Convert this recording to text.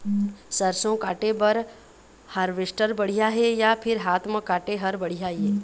सरसों काटे बर हारवेस्टर बढ़िया हे या फिर हाथ म काटे हर बढ़िया ये?